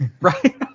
right